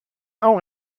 auch